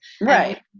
Right